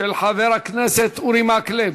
של חבר הכנסת אורי מקלב,